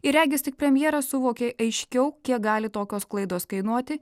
ir regis tik premjeras suvokė aiškiau kiek gali tokios klaidos kainuoti